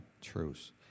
truce